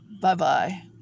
bye-bye